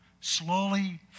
Slowly